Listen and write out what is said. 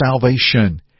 salvation